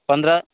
पंधरा